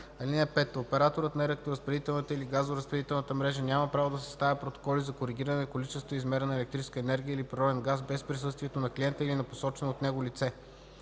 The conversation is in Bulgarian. съд. (5) Операторът на електроразпределителната или газоразпределителната мрежа няма право да съставя протоколи за коригиране на количествата измерена електрическа енергия или природен газ без присъствието на клиента или на посочено от него лице.